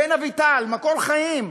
בן אביטל, מקור-חיים,